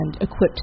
equipped